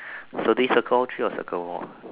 so this circle three or circle more